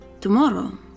Tomorrow